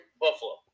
Buffalo